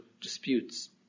disputes